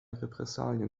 repressalien